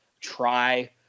try